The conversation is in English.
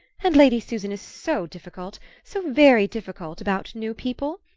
and lady susan is so difficult so very difficult about new people.